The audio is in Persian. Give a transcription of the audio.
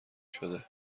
شده